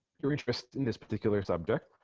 your interest in this particular subject